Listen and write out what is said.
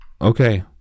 okay